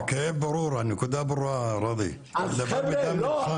הכאב ברור, הנקודה ברורה ראדי, אתה מדבר מדם ליבך.